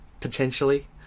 potentially